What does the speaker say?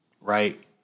right